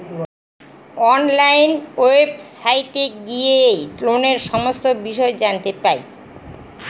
online ওয়েবসাইটে গিয়ে লোনের সমস্ত বিষয় জানতে পাই